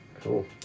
Cool